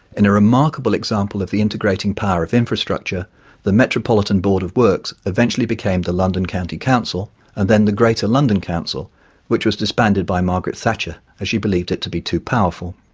in a remarkable example of the integrating power of infrastructure the metropolitan board of works eventually became the london county council and then the greater london council which was disbanded by margaret thatcher as she believed it to be too powerful.